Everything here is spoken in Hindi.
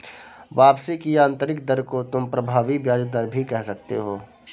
वापसी की आंतरिक दर को तुम प्रभावी ब्याज दर भी कह सकते हो